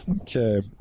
Okay